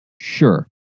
Sure